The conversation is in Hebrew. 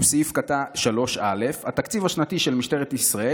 הוא סעיף 3א: "התקציב השנתי של משטרת ישראל